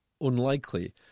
unlikely